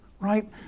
right